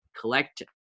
collect